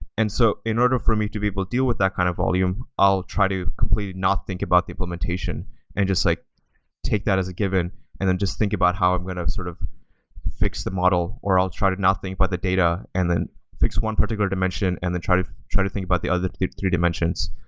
so in order for me to be able to deal with that kind of volume, i'll try to completely not think about the implementation and just like take that as a given and then just think about how i'm going to sort of fix the model, or i'll try to not think about the data and then fix one particular dimension and then try to try to think about the other three dimensions.